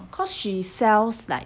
cause she sells like